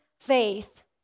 Faith